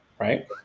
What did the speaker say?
right